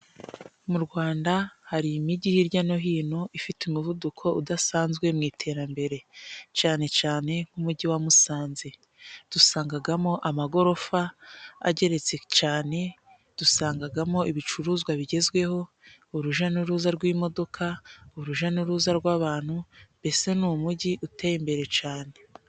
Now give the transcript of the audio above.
Mu Rwanda hari imijyi hirya no hino ifite umuvuduko udasanzwe mu iterambere cane cane nk'umujyi wa Musanze. Dusangagamo amagorofa ageretse cane, dusangagamo ibicuruzwa bigezweho, uruja n'uruza rw'imodoka, uruja n'uruza rw'abantu mbese ni umujyi uteye imbere cane.